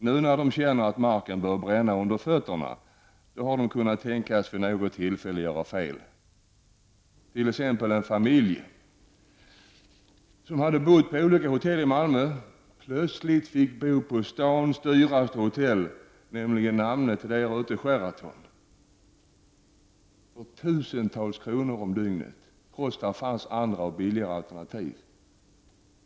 Men nu när marken börjar bränna under fötterna kan man tänka sig att tala om att något fel vid något tillfälle begåtts. Jag kan som exempel nämna att en familj, som hade bott på hotell i Malmö, plötsligt fick bo på stadens dyraste hotell, Sheraton, för tusentals kronor per dygn, trots att det fanns billigare alternativ.